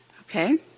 Okay